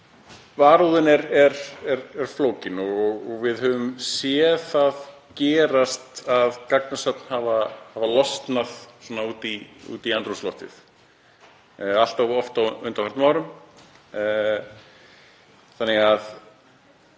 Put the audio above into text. varúðin er flókin og við höfum séð það gerast að gagnasöfn hafa losnað út í andrúmsloftið allt of oft á undanförnum árum þannig að